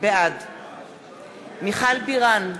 בעד מיכל בירן,